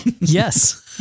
Yes